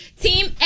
Team